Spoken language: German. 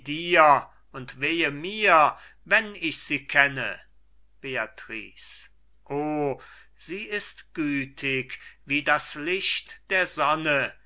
und wehe mir wenn ich sie kenne beatrice o sie ist gütig wie das licht der sonne